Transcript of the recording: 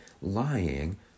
Lying